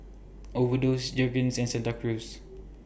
Overdose Jergens and Santa Cruz